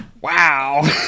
Wow